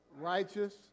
righteous